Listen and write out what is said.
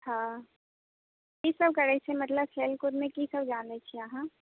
हँ कीसभ करैत छियै मतलब खेल कूदमे कीसभ जानैत छियै अहाँ